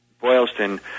Boylston